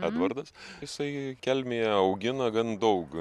edvardas jisai kelmėje augina gan daug